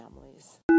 families